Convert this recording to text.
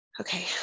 Okay